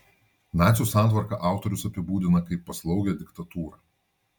nacių santvarką autorius apibūdina kaip paslaugią diktatūrą